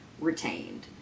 retained